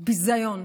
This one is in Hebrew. ביזיון.